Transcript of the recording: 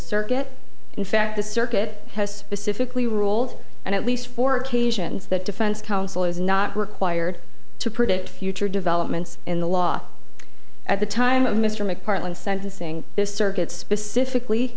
circuit in fact the circuit has specifically ruled and at least four occasions that defense counsel is not required to predict future developments in the law at the time of mr mcpartland sentencing this circuit specifically